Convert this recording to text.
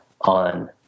on